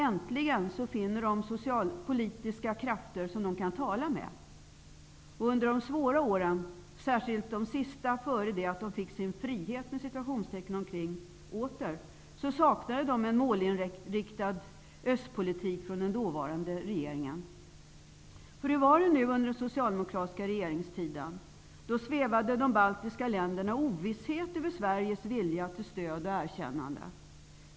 Äntligen finner de politiska krafter som de kan tala med. Under de svåra åren -- särskilt de sista innan de fick sin ''frihet'' åter -- saknade de en målinriktad östpolitik från den dåvarande regeringen. Hur var det under den socialdemokratiska regeringstiden? Då svävade de baltiska länderna i ovisshet om Sveriges vilja till stöd och erkännande.